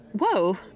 Whoa